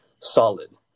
solid